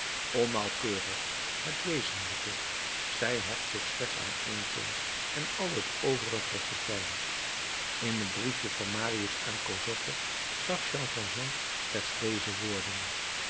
onnauwkeurig het wezenlijke zij hecht zich slechts aan één punt en al het overige verdwijnt in het briefje van marius aan cosette zag jean valjean slechts deze woorden